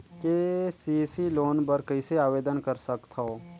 KCC loan बर कइसे आवेदन कर सकथव?